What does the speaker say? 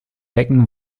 wecken